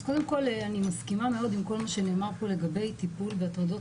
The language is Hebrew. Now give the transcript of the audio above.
אז קודם כל אני מסכימה מאוד עם כל מה שנאמר פה לגבי טיפול בהטרדות